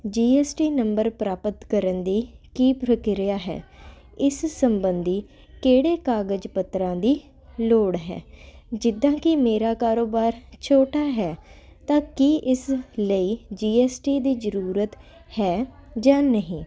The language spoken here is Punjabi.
ਜੀਐਸਟੀ ਨੰਬਰ ਪ੍ਰਾਪਤ ਕਰਨ ਦੀ ਕੀ ਪ੍ਰਕਿਰਿਆ ਹੈ ਇਸ ਸੰਬੰਧੀ ਕਿਹੜੇ ਕਾਗਜ਼ ਪੱਤਰਾਂ ਦੀ ਲੋੜ ਹੈ ਜਿੱਦਾਂ ਕਿ ਮੇਰਾ ਕਾਰੋਬਾਰ ਛੋਟਾ ਹੈ ਤਾਂ ਕੀ ਇਸ ਲਈ ਜੀਐਸਟੀ ਦੀ ਜ਼ਰੂਰਤ ਹੈ ਜਾਂ ਨਹੀਂ